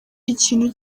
ikintu